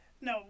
No